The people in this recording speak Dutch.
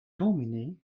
dominee